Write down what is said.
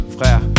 frère